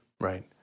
Right